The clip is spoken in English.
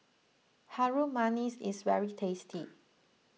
Harum Manis is very tasty